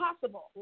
possible